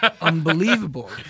unbelievable